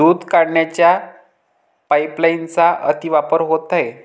दूध काढण्याच्या पाइपलाइनचा अतिवापर होत आहे